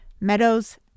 Meadows